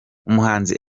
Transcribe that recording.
umuhanzi